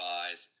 eyes